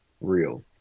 real